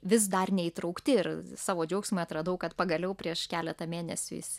vis dar neįtraukti ir savo džiaugsmui atradau kad pagaliau prieš keletą mėnesių jis